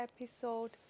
episode